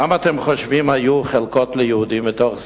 כמה, אתם חושבים, חלקות ליהודים היו מתוך זה?